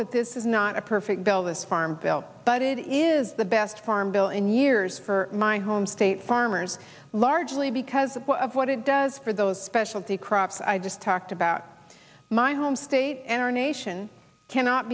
that this is not perfect bill this farm bill but it is the best farm bill in years for my home state farmers largely because of what it does for those specialty crops i just talked about my home state and our nation cannot